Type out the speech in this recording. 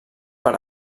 per